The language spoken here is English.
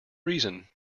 reason